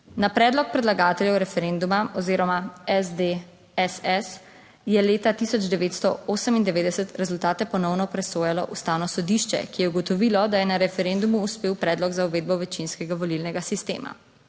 Na predlog predlagateljev referenduma oziroma SD SS je leta 1998 rezultate ponovno presojalo ustavno sodišče, ki je ugotovilo, da je na referendumu uspel predlog za uvedbo večinskega volilnega sistema.